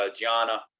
gianna